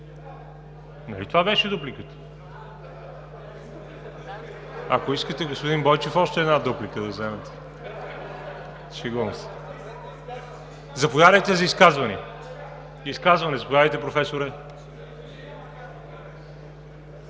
Нали това беше дупликата? Ако искате, господин Бойчев, още една дуплика да вземете? Шегувам се. Заповядайте за изказвания. Изказване? Заповядайте, Професоре.